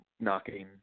knocking